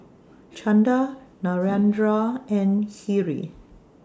Chanda Narendra and Hri